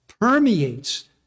permeates